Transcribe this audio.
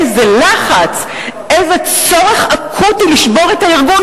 איזה לחץ, איזה צורך אקוטי לשבור את הארגון.